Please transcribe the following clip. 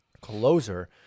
closer